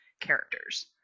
characters